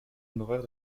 honoraire